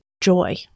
joy